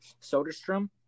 Soderstrom